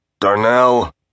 Darnell